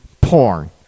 porn